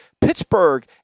Pittsburgh